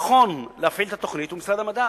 נכון שמי שיפעיל את התוכנית יהיה משרד המדע,